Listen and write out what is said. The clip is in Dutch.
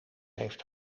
heeft